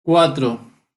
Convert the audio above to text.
cuatro